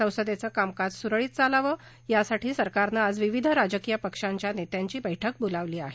संसदेचं कामकाज सुरळीत चालावं यासाठी सरकारनं आज विविध राजकीय पक्षांच्या नेत्यांची बैठक बोलावली आहे